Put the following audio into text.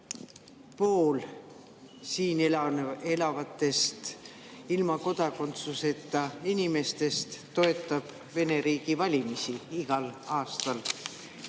pooled siin elavatest ilma kodakondsuseta inimestest toetavad Vene riigi valimisi igal aastal,